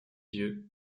yeux